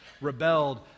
rebelled